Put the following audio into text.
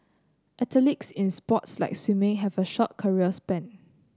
athletes in sports like swimming have a short career span